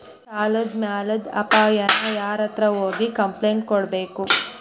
ಸಾಲದ್ ಮ್ಯಾಲಾದ್ ಅಪಾಯಾನ ಯಾರ್ಹತ್ರ ಹೋಗಿ ಕ್ಂಪ್ಲೇನ್ಟ್ ಕೊಡ್ಬೇಕು?